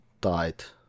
tight